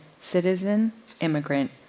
citizen-immigrant